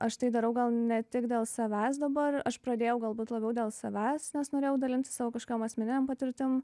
aš tai darau gal ne tik dėl savęs dabar aš pradėjau galbūt labiau dėl savęs nes norėjau dalintis savo kažkokiom asmeninėm patirtim